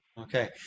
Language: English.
Okay